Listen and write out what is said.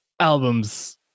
albums